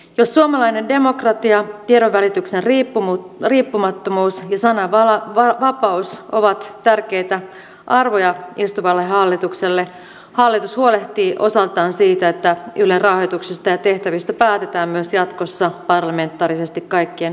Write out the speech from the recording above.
jos suomalainen demokratia tiedonvälityksen riippumattomuus ja sananvapaus ovat tärkeitä arvoja istuvalle hallitukselle hallitus huolehtii osaltaan siitä että ylen rahoituksesta ja tehtävistä päätetään myös jatkossa parlamentaarisesti kaikkien eduskuntapuolueiden kesken